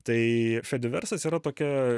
tai fediversas yra tokia